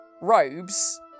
robes